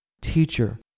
teacher